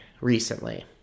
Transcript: recently